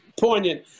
poignant